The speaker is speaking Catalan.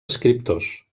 escriptors